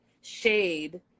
shade